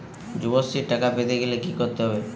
যুবশ্রীর টাকা পেতে গেলে কি করতে হবে?